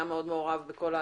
הוא היה מאוד מעורב בכל ההליך.